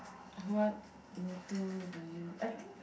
what motto do you I think